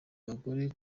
abagore